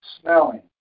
smelling